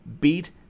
beat